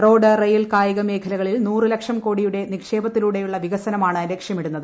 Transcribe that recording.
road rail കായിക മേഖലകളിൽ നൂറ് ലക്ഷം കോടിയുടെ നിക്ഷേപത്തിലൂടെയുള്ള വികസനമാണ് ലക്ഷ്യമിടുന്നത്